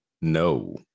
No